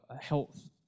health